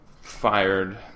fired